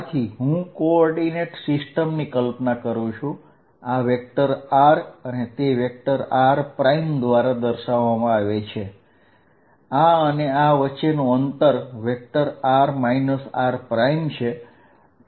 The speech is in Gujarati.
આથી હું યામ પધ્ધતિ ની કલ્પના કરું છું આ વેક્ટર r અને તે વેક્ટર r દ્વારા દર્શાવવામાં આવે છે આ અને આ વચ્ચેનું અંતર r r છે